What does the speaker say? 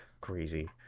crazy